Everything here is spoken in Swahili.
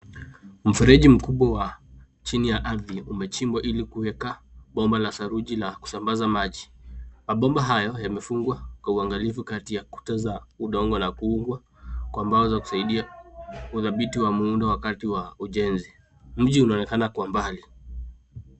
Mfereji mkubwa wa chini ya ardhi, umechimbwa ili kuweka bomba la saruji la kusambaza maji. Mabomba hayo, yamefungwa kwa uangalifu kati ya kuta za udongo na kuungwa kwa mbao za kusaidia udhabiti wa muundo wakati wa ujenzi. Mji unaonekana kwa mbali.